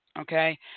okay